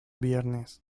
viernes